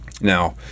Now